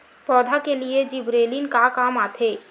पौधा के लिए जिबरेलीन का काम आथे?